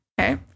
okay